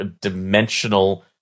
dimensional